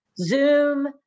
Zoom